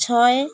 ଛଏ